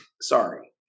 sorry